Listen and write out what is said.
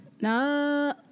No